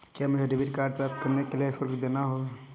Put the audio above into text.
क्या मुझे debit card प्राप्त करने के लिए शुल्क देना होगा?